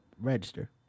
register